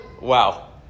Wow